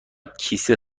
کیسه